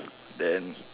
then